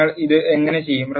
നിങ്ങൾ ഇത് എങ്ങനെ ചെയ്യും